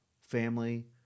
family